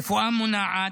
רפואה מונעת,